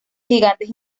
gigantes